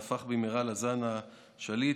והפך במהרה לזן השליט,